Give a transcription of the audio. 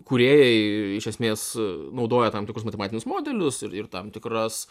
kūrėjai iš esmės naudoja tam tikrus matematinius modelius ir ir tam tikras